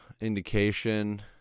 indication